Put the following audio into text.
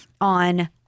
on